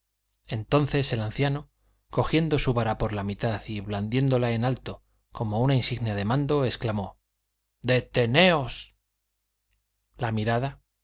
entonces el anciano cogiendo su vara por la mitad y blandiéndola en alto como una insignia de mando exclamó deteneos la mirada